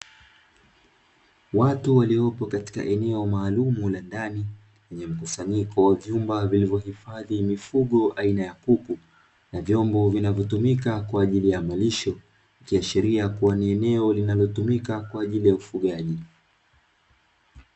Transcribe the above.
Watu waliopo katika eneo maalum la ndani, lenye mkusanyiko wa vyuma vilivyohifadhi mifugo aina ya kuku na vyombo vinavyotumika kwa ajili ya malisho. Ikiashiria ni eneo linalotumika kwa ajili ya ufugaji.